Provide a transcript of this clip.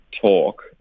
talk